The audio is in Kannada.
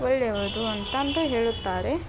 ಒಳ್ಳೆಯದು ಅಂತ ಅಂದು ಹೇಳುತ್ತಾರೆ